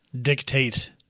dictate